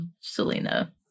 Selena